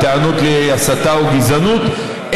בטענות להסתה או גזענות,